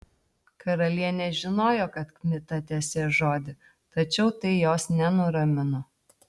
karalienė žinojo kad kmita tesės žodį tačiau tai jos nenuramino